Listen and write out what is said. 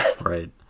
Right